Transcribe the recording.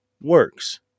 works